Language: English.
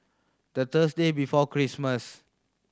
the Thursday before Christmas